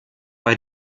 bei